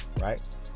right